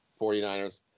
49ers